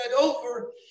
over